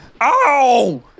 Ow